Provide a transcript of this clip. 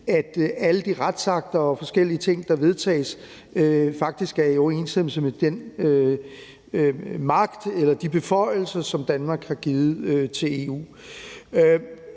alle de retsakter og forskellige ting, der vedtages, faktisk er i overensstemmelse med den magt eller de beføjelser, som Danmark har givet til EU.